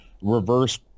reverse